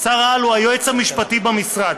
שר-העל הוא היועץ המשפטי במשרד.